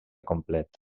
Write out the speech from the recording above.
complet